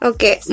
Okay